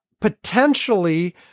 potentially